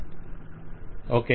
vendor okay